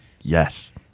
Yes